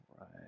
right